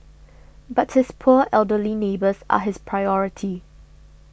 but his poor elderly neighbours are his priority